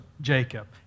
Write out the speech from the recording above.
Jacob